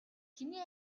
хэний